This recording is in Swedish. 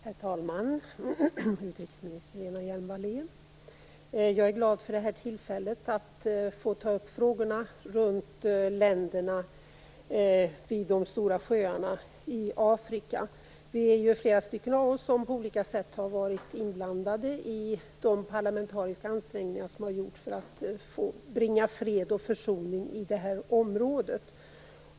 Herr talman! Utrikesminister Lena Hjelm-Wallén! Jag är glad för detta tillfälle att få ta upp frågorna om länderna vid de stora sjöarna i Afrika. Vi är flera stycken som på flera sätt har varit inblandade i de parlamentariska ansträngningar som har gjorts för att bringa fred och försoning i området.